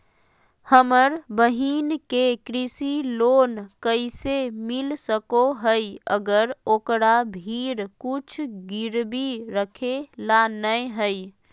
हमर बहिन के कृषि लोन कइसे मिल सको हइ, अगर ओकरा भीर कुछ गिरवी रखे ला नै हइ?